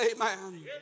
Amen